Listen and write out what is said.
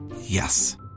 Yes